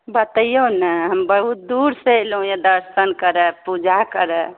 बतैऔ ने हम बहुत दूरसँ अएलहुँ हँ दर्शन करऽ पूजा करऽ